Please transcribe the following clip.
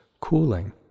cooling